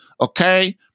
Okay